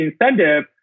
incentive